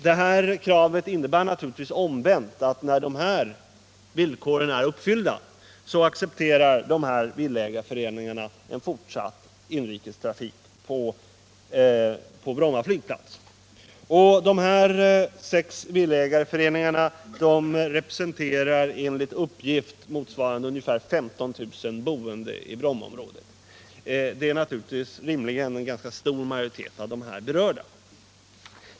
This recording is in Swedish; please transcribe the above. Det sista kravet innebär naturligtvis omvänt att när dessa villkor är uppfyllda accepterar dessa villaägareföreningar en fortsatt inrikestrafik på Bromma flygplats. Dessa sex villaägareföreningar representerar enligt uppgift ungefär 15 000 boende i Brommaområdet. Det är rimligen en ganska stor majoritet av de här berörda.